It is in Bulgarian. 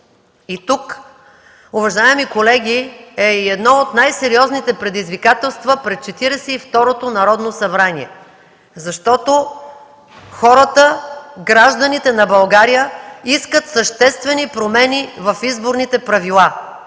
И тук, уважаеми колеги, е едно от най-сериозните предизвикателства пред Четиридесет и второто Народно събрание, защото хората, гражданите на България, искат съществени промени в изборните правила.